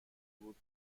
بود